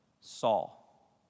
Saul